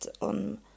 on